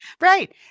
Right